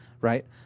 right